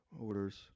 orders